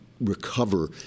recover